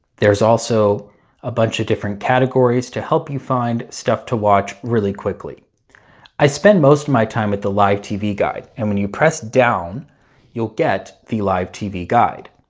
there's also a bunch of different categories to help you find stuff to watch really quickly i spend most of my time at the live tv guide and when you press down you'll get the live tv guide